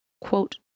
quote